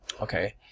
okay